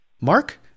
Mark